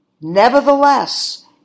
nevertheless